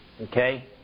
Okay